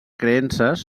creences